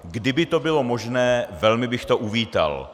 Kdyby to bylo možné, velmi bych to uvítal.